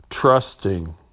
trusting